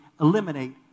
eliminate